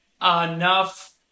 enough